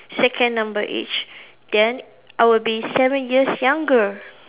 second number age then I would be seven years younger